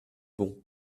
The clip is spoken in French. bon